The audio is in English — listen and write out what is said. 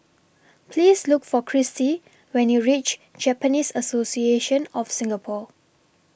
Please Look For Kristie when YOU REACH Japanese Association of Singapore